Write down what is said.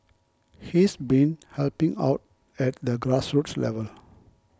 he's been helping out at the grassroots level